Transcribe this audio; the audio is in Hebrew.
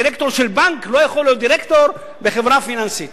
דירקטור של בנק לא יכול להיות דירקטור בחברה פיננסית.